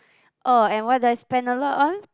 oh and what do I spend a lot on